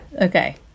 Okay